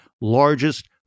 largest